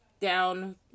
down